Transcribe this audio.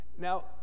Now